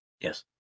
Yes